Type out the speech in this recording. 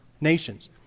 nations